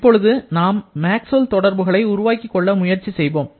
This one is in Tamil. இப்பொழுது நாம் மேக்ஸ்வெல் தொடர்புகளை உருவாக்கிக் கொள்ள முயல்கிறோம்